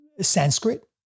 Sanskrit